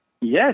Yes